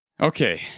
Okay